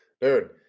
dude